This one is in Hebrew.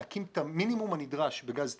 להקים את המינימום הנדרש בגז טבעי,